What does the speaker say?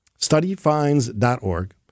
StudyFinds.org